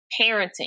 parenting